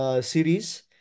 series